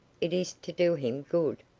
it is to do him good.